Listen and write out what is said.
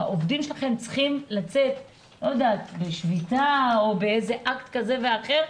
העובדים שלכם צריכים לצאת בשביתה או אקט כזה ואחר.